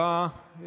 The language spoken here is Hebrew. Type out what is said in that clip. תודה רבה.